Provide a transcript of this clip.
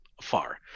far